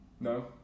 No